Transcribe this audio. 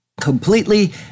completely